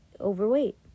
overweight